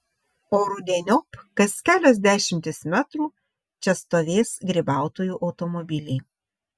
o rudeniop kas kelios dešimtys metrų čia stovės grybautojų automobiliai